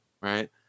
right